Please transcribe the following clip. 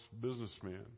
businessman